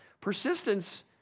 Persistence